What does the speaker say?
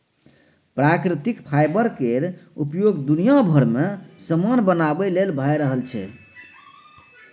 प्राकृतिक फाईबर केर उपयोग दुनिया भरि मे समान बनाबे लेल भए रहल छै